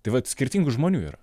tai vat skirtingų žmonių yra